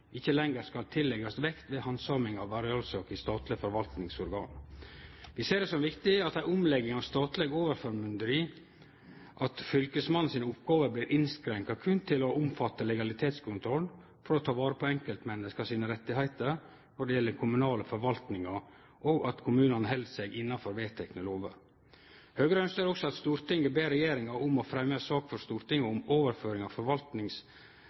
ikkje lenger skal tilleggjast vekt ved handsaming av arealsaker i statlege forvaltningsorgan. Vi ser det som viktig i ei omlegging av statleg overformynderi at fylkesmannen sine oppgåver blir innskrenka til berre å omfatte legalitetskontroll for å ta vare på enkeltmenneska sine rettar når det gjeld den kommunale forvaltninga, og at kommunane held seg innafor vedtekne lover. Høgre ønskjer også at Stortinget ber regjeringa om å fremje ei sak for Stortinget om overføring av